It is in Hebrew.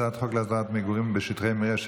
הצעת חוק להסדרת המגורים בשטחי מרעה,